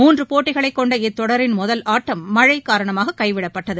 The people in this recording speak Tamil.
மூன்றுபோட்டிகளைக்கொண்ட இத்தொடரின் முதல் ஆட்டம் மழைகாரணமாககைவிடப்பட்டது